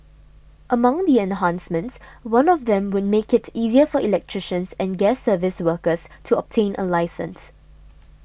among the enhancements one of them would make it easier for electricians and gas service workers to obtain a licence